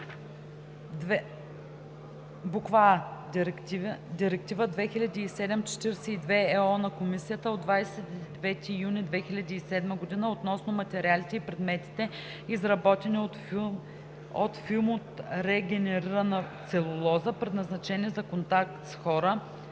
съюз: а) Директива 2007/42/ЕО на Комисията от 29 юни 2007 г. относно материалите и предметите, изработени от филм от регенерирана целулоза, предназначени за контакт с храни